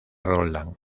roldán